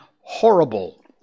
horrible